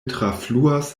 trafluas